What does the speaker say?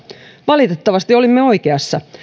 valitettavasti olimme oikeassa